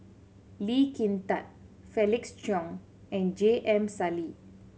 Lee Kin Tat Felix Cheong and J M Sali